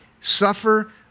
Suffer